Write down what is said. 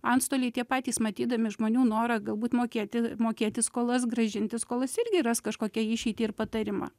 antstoliai tie patys matydami žmonių norą galbūt mokėti mokėti skolas grąžinti skolas irgi ras kažkokią išeitį ir patarimą